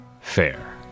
Fair